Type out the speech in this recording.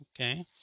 Okay